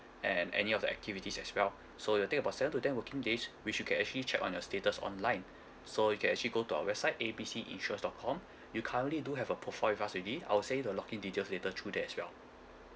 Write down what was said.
and and any of the activities as well so it will take about seven to ten working days which you can actually check on your status online so you can actually go to our website A B C insurance dot com you currently do have a profile with us already I'll send you the log in details later through there as well